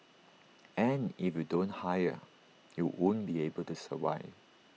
and if you don't hire you won't be able to survive